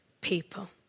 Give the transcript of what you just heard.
people